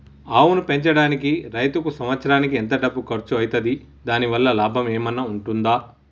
ఆవును పెంచడానికి రైతుకు సంవత్సరానికి ఎంత డబ్బు ఖర్చు అయితది? దాని వల్ల లాభం ఏమన్నా ఉంటుందా?